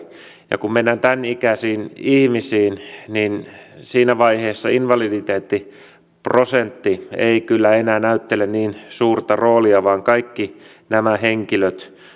ja kun mennään tämänikäisiin ihmisiin niin siinä vaiheessa invaliditeettiprosentti ei kyllä enää näyttele niin suurta roolia vaan kaikki nämä henkilöt